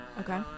Okay